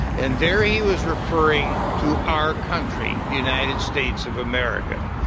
and there he was referring to our country, the united states of america,